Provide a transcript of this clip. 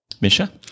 Misha